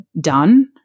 done